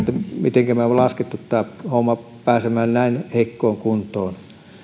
mitenkä on laskettu tämä homma pääsemään näin heikkoon kuntoon